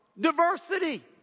diversity